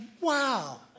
Wow